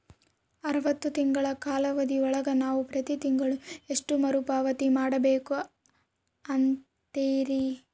ಅರವತ್ತು ತಿಂಗಳ ಕಾಲಾವಧಿ ಒಳಗ ನಾವು ಪ್ರತಿ ತಿಂಗಳು ಎಷ್ಟು ಮರುಪಾವತಿ ಮಾಡಬೇಕು ಅಂತೇರಿ?